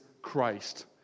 Christ